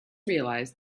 realized